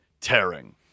tearing